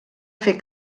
fer